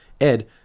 Ed